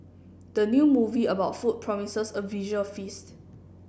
the new movie about food promises a visual feast